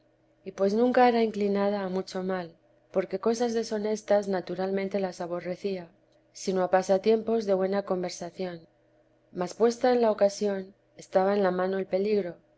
y pues nunca era inclinada a mucho mal porque cosas dehonestas naturalmente las aborrecía sino a pasatiempos de buena conversación mas puesta en la o sión estaba en la mano el peligro